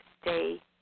stay